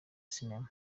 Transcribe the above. sinema